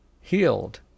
healed